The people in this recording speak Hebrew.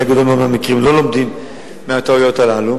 בחלק גדול מאוד מהמקרים לא לומדים מהטעויות הללו.